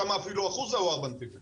שם אפילו האחוז --- יגאל,